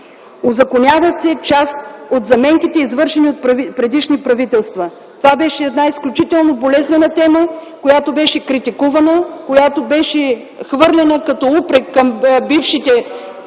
Узаконяват се част от заменките, извършени от предишни правителства. Това беше изключително болезнена тема, която беше критикувана, която беше хвърляна като упрек към бившите правителства,